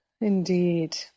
indeed